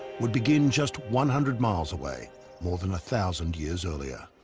would begin just one hundred miles away more than a thousand years earlier.